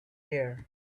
air